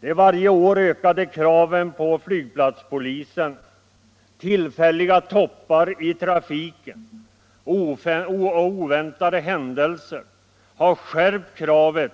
De varje år ökade kraven på flygplatspolisen, tillfälliga toppar i trafiken och oväntade händelser har skärpt kravet